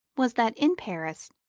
was that, in paris,